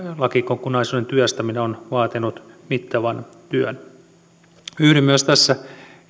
lakikokonaisuuden työstäminen on vaatinut mittavan työn yhdyn myös tässä